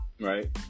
Right